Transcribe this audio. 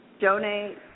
donate